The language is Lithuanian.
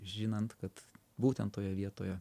žinant kad būtent toje vietoje